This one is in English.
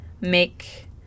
make